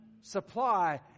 supply